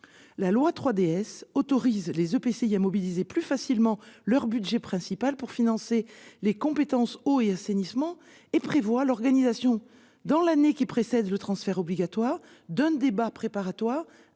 la loi 3DS autorise les EPCI à mobiliser plus facilement leur budget principal, pour financer les compétences eau et assainissement, et prévoit l'organisation, dans l'année qui précède le transfert obligatoire, d'un débat préparatoire